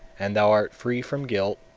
and thou art free from guilt,